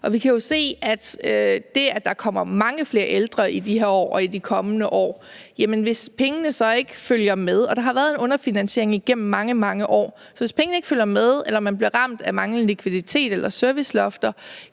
Vi kan jo se, at det, at der kommer mange flere ældre i de her år og i de kommende år, fører til, at hvis pengene så ikke følger med – og der har været en underfinansiering igennem mange, mange år – eller man bliver ramt af manglende likviditet eller servicelofter,